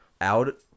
out